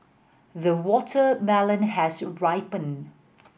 the watermelon has ripened